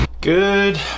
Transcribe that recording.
Good